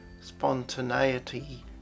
spontaneity